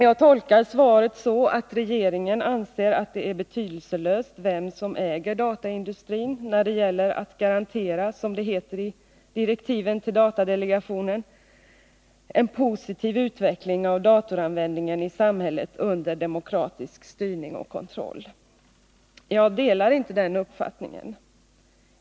Jag tolkar svaret så, att regeringen anser att det är betydelselöst vem som äger dataindustrin när det gäller att garantera, som det heter i direktiven till datadelegationen, ”en positiv utveckling av datoranvändningen i samhället under demokratisk styrning och kontroll”. Jag delar inte den uppfattningen.